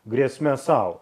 grėsme sau